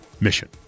mission